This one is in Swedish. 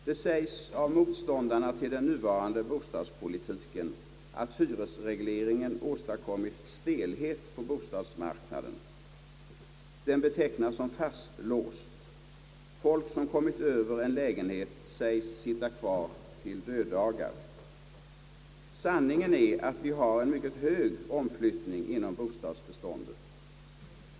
Det sägs av motståndarna till den nuvarande bostadspolitiken att hyresregleringen åstadkommit stelhet på bostadsmarknaden. Den betecknas som fastlåst. Folk som kommit över en lägenhet sägs sitta kvar till döddagar. Sanningen är att vi har en hög omflyttning inom bostadsbeståndet.